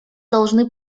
должны